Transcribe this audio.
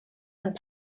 and